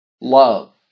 love